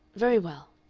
very well.